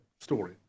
story